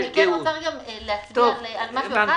אני רוצה להצביע על משהו אחד,